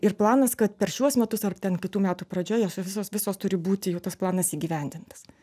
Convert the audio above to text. ir planas kad per šiuos metus ar ten kitų metų pradžioje visos visos turi būti jau tas planas įgyvendintas